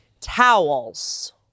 Towels